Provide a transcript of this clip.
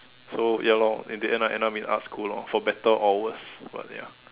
so ya lor in the end I end up in arts school lor for better or worse but ya